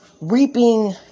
reaping